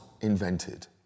invented